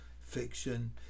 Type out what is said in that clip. fiction